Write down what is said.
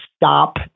Stop